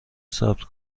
ثبت